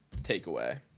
takeaway